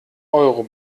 euro